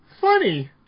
funny